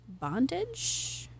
bondage